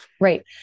Right